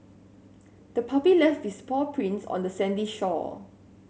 the puppy left its paw prints on the sandy shore